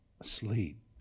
asleep